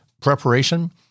Preparation